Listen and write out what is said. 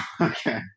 Okay